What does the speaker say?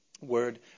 word